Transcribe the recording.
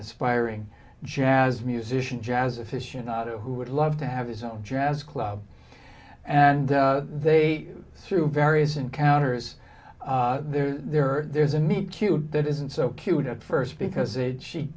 aspiring jazz musician jazz aficionados who would love to have his own jazz club and they through various encounters there are there's a meet cute that isn't so cute at first because a she